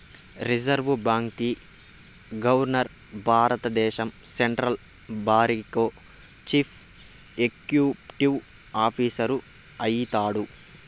reserve బాంకీ governor భారద్దేశం central బారికో చీఫ్ ఎక్సిక్యూటివ్ ఆఫీసరు అయితాడు